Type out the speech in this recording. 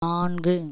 நான்கு